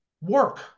work